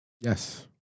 Yes